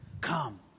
Come